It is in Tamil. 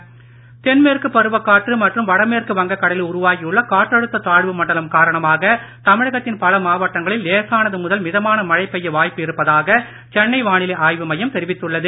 மழை தென்மேற்கு பருவக்காற்று மற்றும் வட மேற்கு வங்கக் கடலில் உருவாகியுள்ள காற்றழுத்தத் தாழ்வு மண்டலம் காரணமாக தமிழகத்தின் பல மாவட்டங்களில் லேசானது முதல் மிதமான மழை பெய்ய வாய்ப்பு இருப்பதாக சென்னை வானிலை ஆய்வு மையம் தெரிவித்துள்ளது